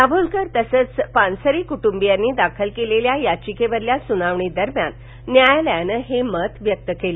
दाभोलकर तसंच पानसरे कुटुंबीयांनी दाखल केलेल्या याचिकेवरील सुनावणी दरम्यान न्यायालयानं हे मत व्यक्त केलं